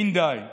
לא די.